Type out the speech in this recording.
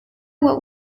what